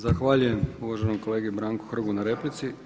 Zahvaljujem uvaženom kolegi Branku Hrgu na replici.